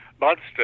monster